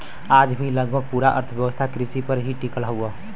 आज भी लगभग पूरा अर्थव्यवस्था कृषि पर ही टिकल हव